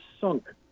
sunk